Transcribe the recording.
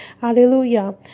Hallelujah